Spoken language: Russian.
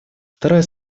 вторая